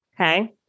Okay